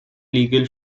legal